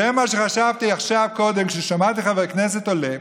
זה מה שחשבתי קודם כששמעתי חבר כנסת שעולה,